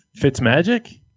Fitzmagic